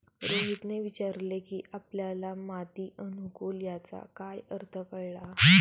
रोहितने विचारले की आपल्याला माती अनुकुलन याचा काय अर्थ कळला?